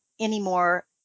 anymore